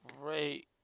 great